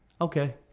okay